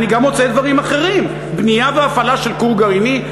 אני גם מוצא דברים אחרים: בנייה והפעלה של כור גרעיני?